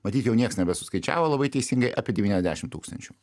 matyt jau niekas nebesuskaičiavo labai teisingai apie devyniasdešim tūkstančių